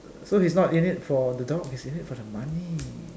so he is not in it for the dog he is in it for the money